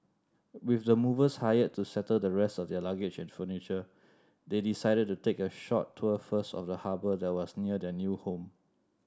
with the movers hired to settle the rest of their luggage and furniture they decided to take a short tour first of the harbour that was near their new home